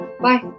Bye